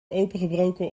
opengebroken